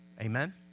Amen